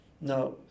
Now